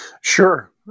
Sure